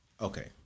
Okay